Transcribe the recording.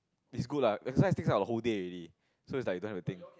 it's good lah exercise takes up the whole day already so it's like you don't have to think